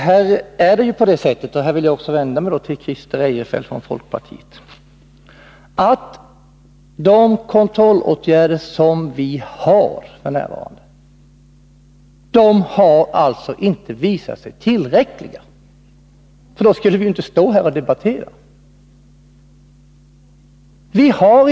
Det är ju på det sättet — här vill jag vända mig också till Christer Eirefelt från folkpartiet — att de kontrollåtgärder som f. n. finns har visat sig vara otillräckliga. Annars skulle vi ju inte stå här och debattera.